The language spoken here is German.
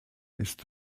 ist